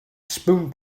spoon